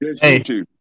Hey